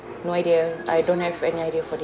no idea I don't have any idea for this